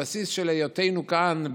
הבסיס של היותנו כאן,